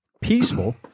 peaceful